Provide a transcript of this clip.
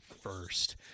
first